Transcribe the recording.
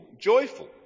joyful